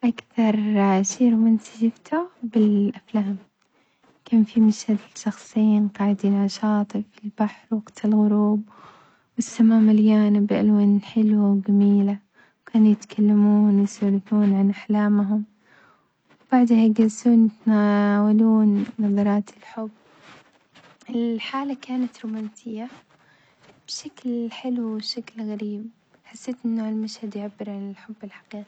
أكثر شي رومانسي شفته بالأفلام، كان في مشهد لشخصين قاعدين على شاطىء في البحر وقت الغروب والسما مليانة بألوان حلوة وجميلة، وكانوا يتكلمون ويسولفون عن أحلامهم، وبعدها يجلسون يتناولون نظرات الحب الحالة كانت رومانسية بشكل حلو وشكل غريب، حسيت إنه هالمشهد يعبر عن الحب الحقيقي.